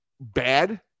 bad